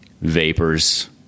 vapor's